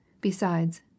Besides